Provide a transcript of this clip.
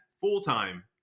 full-time